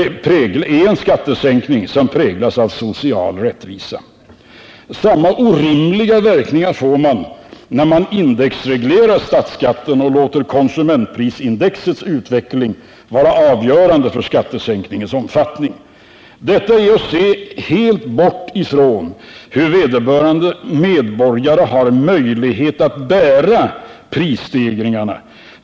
representerar en skattesänkning som präglas av social rättvisa. Samma orimliga verkningar får man när man indexreglerar statsskatten och låter konsumentprisindex utveckling vara avgörande för skattesänkningens omfattning. Detta är att se helt bort från hur vederbörande medborgare har möjlighet att bära prisstegringarna.